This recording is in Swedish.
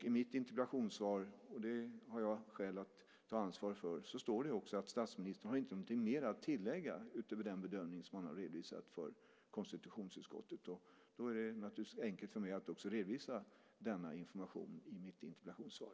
I mitt interpellationssvar - och det har jag skäl att ta ansvar för - står det också att statsministern inte har något mer att tillägga utöver den bedömning som han har redovisat för konstitutionsutskottet. Då är det enkelt för mig att också redovisa denna information i mitt interpellationssvar.